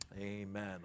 Amen